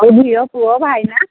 ଆଉ ଝିଅ ପୁଅ ଭାଇନା